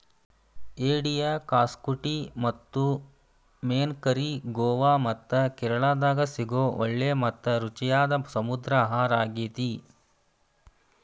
ಏಡಿಯ ಕ್ಸಾಕುಟಿ ಮತ್ತು ಮೇನ್ ಕರಿ ಗೋವಾ ಮತ್ತ ಕೇರಳಾದಾಗ ಸಿಗೋ ಒಳ್ಳೆ ಮತ್ತ ರುಚಿಯಾದ ಸಮುದ್ರ ಆಹಾರಾಗೇತಿ